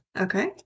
Okay